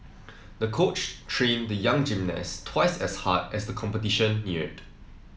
the coach trained the young gymnast twice as hard as the competition neared